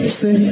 say